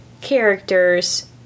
character's